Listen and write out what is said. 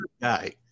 guy